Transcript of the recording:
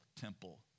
temple